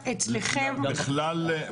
-